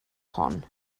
hon